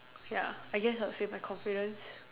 ya I guess I would say my confidence